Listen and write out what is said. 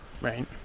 Right